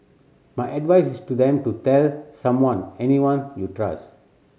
my advice is to them to tell someone anyone you trust